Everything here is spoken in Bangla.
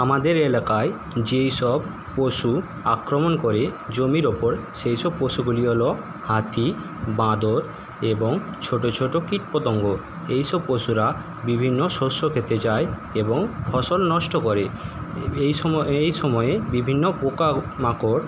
আমাদের এলাকায় যেই সব পশু আক্রমণ করে জমির ওপর সেই সব পশুগুলি হল হাতি বাঁদর এবং ছোট ছোট কীটপতঙ্গ এইসব পশুরা বিভিন্ন শস্যক্ষেতে যায় এবং ফসল নষ্ট করে এইসময় এইসময়ে বিভিন্ন পোকামাকড়